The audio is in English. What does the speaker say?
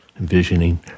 envisioning